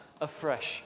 afresh